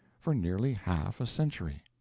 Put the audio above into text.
for nearly half a century.